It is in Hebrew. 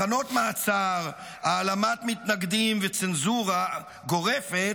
מחנות מעצר, העלמת מתנגדים וצנזורה גורפת,